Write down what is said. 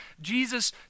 Jesus